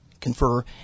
confer